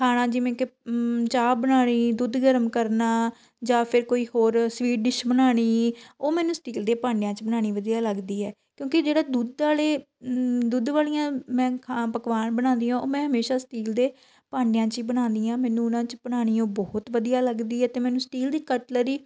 ਖ਼ਾਣਾ ਜਿਵੇਂ ਕਿ ਚਾਹ ਬਣਾਉਣੀ ਦੁੱਧ ਗਰਮ ਕਰਨਾ ਜਾਂ ਫਿਰ ਕੋਈ ਹੋਰ ਸਵੀਟ ਡਿਸ਼ ਬਣਾਉਣੀ ਉਹ ਮੈਨੂੰ ਸਟੀਲ ਦੇ ਭਾਂਡਿਆਂ 'ਚ ਬਣਾਉਣੀ ਵਧੀਆ ਲੱਗਦੀ ਹੈ ਕਿਉਂਕਿ ਜਿਹੜਾ ਦੁੱਧ ਵਾਲੇ ਦੁੱਧ ਵਾਲੀਆਂ ਮੈਂ ਪਕਵਾਨ ਬਣਾਉਂਦੀ ਹਾਂ ਮੈਂ ਹਮੇਸ਼ਾ ਸਟੀਲ ਦੇ ਭਾਂਡਿਆਂ 'ਚ ਹੀ ਬਣਾਉਂਦੀ ਹਾਂ ਮੈਨੂੰ ਉਹਨਾਂ 'ਚ ਬਣਾਉਣੀ ਉਹ ਬਹੁਤ ਵਧੀਆ ਲੱਗਦੀ ਹੈ ਅਤੇ ਮੈਨੂੰ ਸਟੀਲ ਦੀ ਕਟਲਰੀ